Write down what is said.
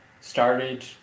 started